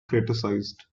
criticized